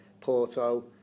Porto